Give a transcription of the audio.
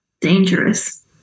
dangerous